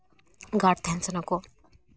guard ᱛᱟᱦᱮᱱ ᱥᱟᱱᱟ ᱠᱚᱣᱟ